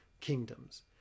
kingdoms